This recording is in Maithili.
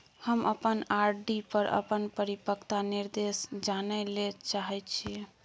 हम अपन आर.डी पर अपन परिपक्वता निर्देश जानय ले चाहय छियै